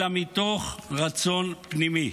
אלא מתוך רצון פנימי.